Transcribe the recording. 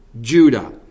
Judah